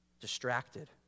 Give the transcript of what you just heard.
distracted